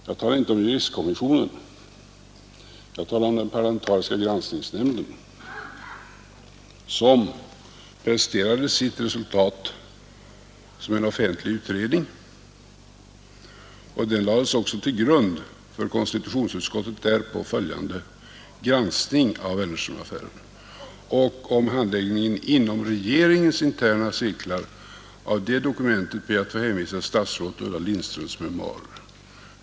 Jag talar inte om juristkommissionen — jag talar om den parlamentariska granskningsnämnden, vilken presenterade sitt resultat som en offentlig utredning. Den utredningen lades också till grund för konstitutionsutskottets därpå följande granskning av Wennerströmaffären. Och beträffande handläggningen inom regeringens interna cirklar av det dokumentet ber jag att få hänvisa till förra statsrådet Ulla Lindströms memoarer.